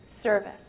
service